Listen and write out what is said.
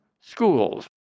schools